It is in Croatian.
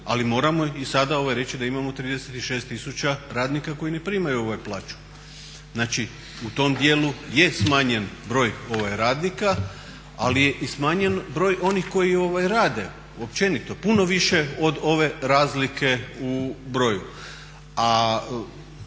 Ali moramo i sada reći da imamo 36000 radnika koji ne primaju plaću. Znači u tom dijelu je smanjen broj radnika, ali je i smanjen broj onih koji rade općenito puno više od ove razlike u broju.